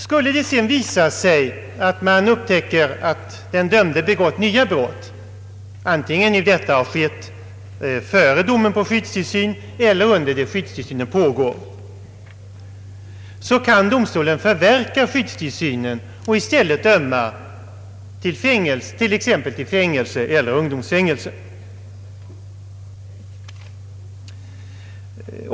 Skulle det sedan visa sig att den dömde begått nya brott, antingen nu detta skett före domen på skyddstillsyn eller under den tid skyddstillsynen pågår, kan domstolen förverka skyddstillsynen och i stället döma vederbörande t.ex. till fängelse eller ungdomsfängelse.